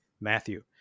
Matthew